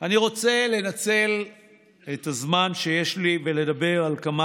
אני רוצה לנצל את הזמן שיש לי ולדבר על כמה